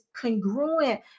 congruent